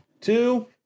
Two